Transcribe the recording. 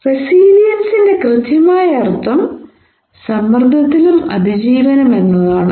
റെസീലിയെൻസ്ന്റെ കൃത്യമായ അർത്ഥം സമ്മർദ്ദത്തിലും അതിജീവനം എന്നതാണ്